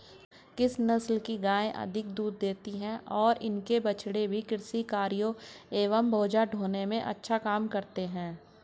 किस नस्ल की गायें अधिक दूध देती हैं और इनके बछड़े भी कृषि कार्यों एवं बोझा ढोने में अच्छा काम करते हैं?